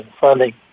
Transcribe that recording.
funding